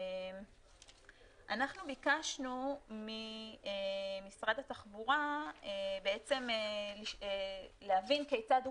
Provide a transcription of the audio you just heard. אנחנו ביקשנו ממשרד התחבורה להבין כיצד הוא